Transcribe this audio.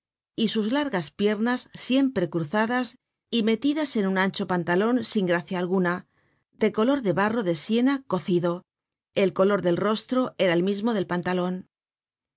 y sus largas piernas siempre cruzadas y metidas en un ancho pantalon sin gracia alguna de color de barro de siena cocido el color del rostro era el mismo del pantalon